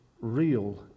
real